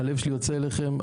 הלב שלי יוצא אליכם,